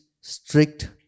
strict